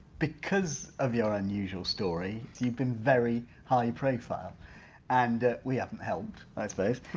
because of your unusual story you've been very high profile and we haven't helped, i suppose,